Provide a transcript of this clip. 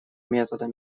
метода